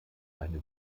eine